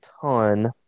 ton